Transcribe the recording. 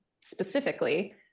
specifically